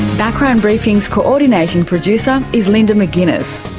background briefing's coordinating producer is linda mcginness.